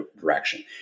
direction